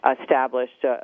established